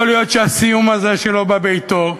יכול להיות שהסיום הזה, שלא בא בעתו,